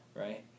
right